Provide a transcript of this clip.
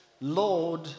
Lord